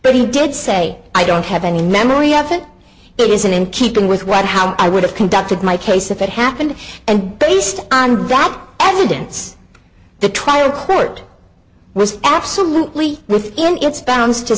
but he did say i don't have any memory of it it isn't in keeping with what how i would have conducted my case if it happened and based on valid evidence the trial court was absolutely within its bounds to